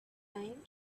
time